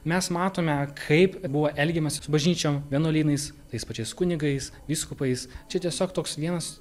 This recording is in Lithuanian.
mes matome kaip buvo elgiamasi su bažnyčiom vienuolynais tais pačiais kunigais vyskupais čia tiesiog toks vienas